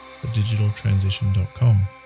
thedigitaltransition.com